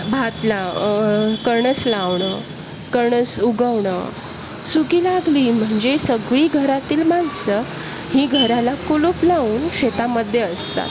भात लाव कणस लावणं कणस उगवणं सुगी लागली म्हणजे सगळी घरातील माणसं ही घराला कुलूप लावून शेतामध्ये असतात